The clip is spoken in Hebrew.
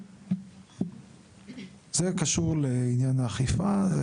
זה קשור לעניין האכיפה.